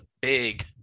big